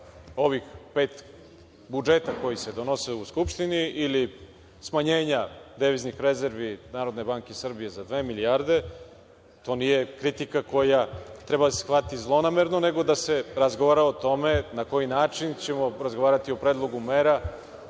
ovih pet budžeta koji se donose u Skupštini ili smanjenja deviznih rezervi NBS za dve milijarde, to nije kritika koja treba da se shvati zlonamerno, nego da se razgovara o tome na koji način ćemo porazgovarati o predlogu mera